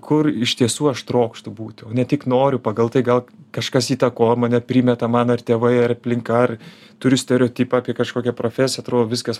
kur iš tiesų aš trokštu būti o ne tik noriu pagal tai gal kažkas įtakoja mane primeta man ar tėvai ar aplinka ar turiu stereotipą apie kažkokią profesiją atrodo viskas